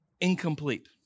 incomplete